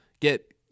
get